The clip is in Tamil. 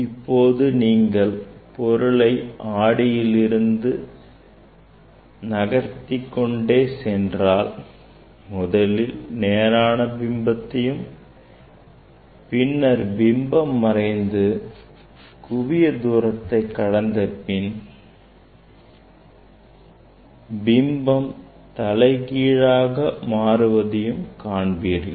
இப்போது நீங்கள் பொருளை ஆடியிலிருந்து நகர்த்திக் கொண்டே சென்றால் முதலில் நேரான பிம்பத்தையும் பின்னர் பிம்பம் மறைந்து குவிய தூரத்தை கடந்த பின் பிம்பம் தலைகீழாக மாறுவதையும் காண்பீர்கள்